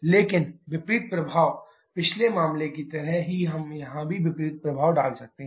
लेकिन विपरीत प्रभाव पिछले मामले की तरह ही हम यहां भी विपरीत प्रभाव डाल सकते हैं